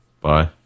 Bye